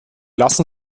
lassen